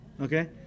Okay